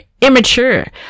immature